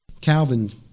Calvin